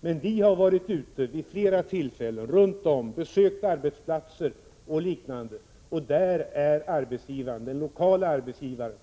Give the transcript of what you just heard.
Men vi har vid flera tillfällen besökt arbetsplatser, där den lokale arbetsgivaren